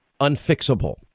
unfixable